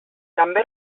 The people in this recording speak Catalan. també